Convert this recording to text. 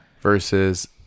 Versus